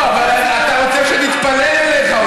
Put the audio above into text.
לא, אבל אתה רוצה שנתפלל אליך.